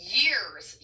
years